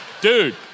Dude